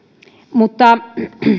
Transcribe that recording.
mutta